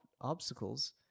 obstacles